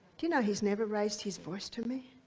do you know he's never raised his voice to me.